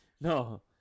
No